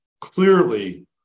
clearly